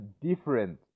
different